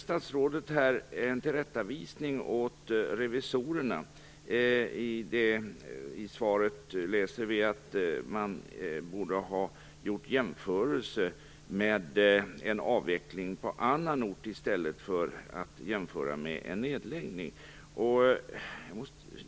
Statsrådet ger en tillrättavisning till revisorerna. I svaret kan man läsa att det borde ha gjorts en jämförelse med en avveckling på annan ort i stället för att göra en jämförelse med en nedläggning.